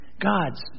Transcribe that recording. God's